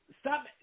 stop